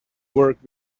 work